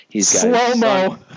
Slow-mo